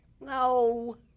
No